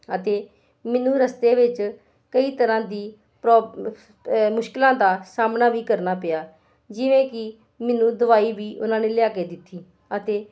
ਅਤੇ ਮੈਨੂੰ ਰਸਤੇ ਵਿੱਚ ਕਈ ਤਰ੍ਹਾਂ ਦੀ ਪ੍ਰੋ ਮੁਸ਼ਕਿਲਾਂ ਦਾ ਸਾਹਮਣਾ ਵੀ ਕਰਨਾ ਪਿਆ ਜਿਵੇਂ ਕਿ ਮੈਨੂੰ ਦਵਾਈ ਵੀ ਉਹਨਾਂ ਨੇ ਲਿਆ ਕੇ ਦਿੱਤੀ ਅਤੇ